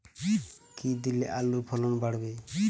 কী দিলে আলুর ফলন বাড়বে?